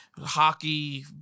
hockey